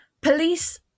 police